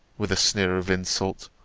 with a sneer of insult,